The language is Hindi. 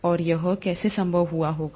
और यह कैसे संभव हुआ होगा